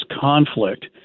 conflict